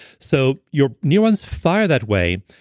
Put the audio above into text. so your neurons fire that way,